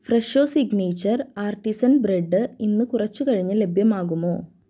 Fresho signature artisan bread ഇന്ന് കുറച്ചു കഴിഞ്ഞ് ലഭ്യമാകുമോ